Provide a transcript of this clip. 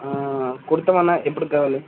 కుడుతామన్న ఎప్పటికి కావాలి